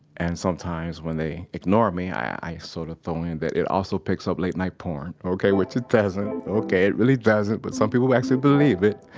and sometimes when they ignore me, i sort of throw in that it also picks up late night porn okay, which it doesn't, it really doesn't, but some people actually believe it.